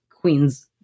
Queen's